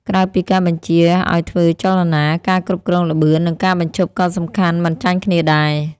ក្រៅពីការបញ្ជាឱ្យធ្វើចលនា ការគ្រប់គ្រងល្បឿន និងការបញ្ឈប់ក៏សំខាន់មិនចាញ់គ្នាដែរ។